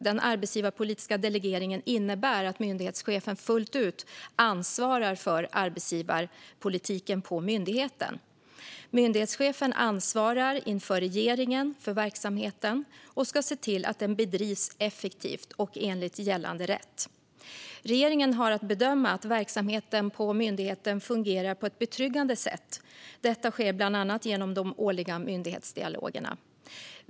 Den arbetsgivarpolitiska delegeringen innebär att myndighetschefen fullt ut ansvarar för arbetsgivarpolitiken på myndigheten. Myndighetschefen ansvarar inför regeringen för verksamheten och ska se till att den bedrivs effektivt och enligt gällande rätt. Regeringen har att bedöma att verksamheten på myndigheten fungerar på ett betryggande sätt. Detta sker bland annat genom de årliga myndighetsdialogerna.